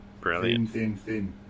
brilliant